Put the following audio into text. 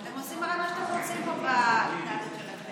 אתם הרי עושים מה שאתם רוצים פה בהתנהלות שלכם.